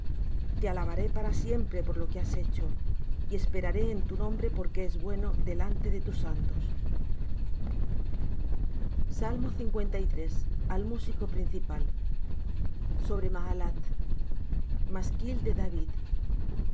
te alabaré para siempre por lo que has hecho y esperaré en tu nombre porque es bueno delante de tus santos al músico principal sobre mahalath masquil de david